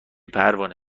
پروانه